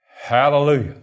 Hallelujah